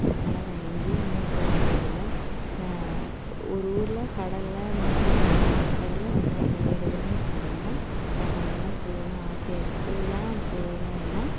ஆனால் நான் எங்கேயும் இன்னும் போகவேயில்லை ஒரு ஊரில் கடலில் மூணு மூணு கடலும் ஒன்றாக இணையேறுதுன்னு சொன்னாங்கள் எனக்கு அங்கெல்லாம் போகணும்னு ஆசையாக இருக்குது ஏன் போகணுன்னா